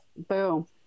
boom